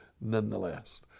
nonetheless